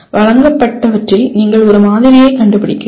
வழங்கப்பட்டவற்றில் நீங்கள் ஒரு மாதிரியைக் கண்டுபிடிக்கிறீர்கள்